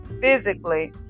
physically